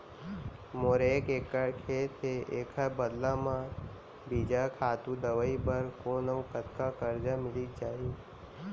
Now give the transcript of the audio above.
मोर एक एक्कड़ खेत हे, एखर बदला म बीजहा, खातू, दवई बर कोन अऊ कतका करजा मिलिस जाही?